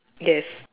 yes